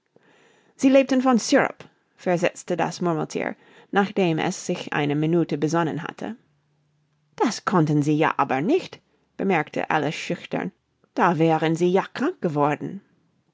sie lebten von syrup versetzte das murmelthier nachdem es sich eine minute besonnen hatte das konnten sie ja aber nicht bemerkte alice schüchtern da wären sie ja krank geworden